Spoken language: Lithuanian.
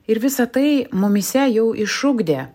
ir visa tai mumyse jau išugdė